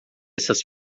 essas